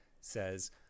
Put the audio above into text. says